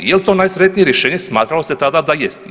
Jel to najsretnije rješenje, smatralo se tada da je.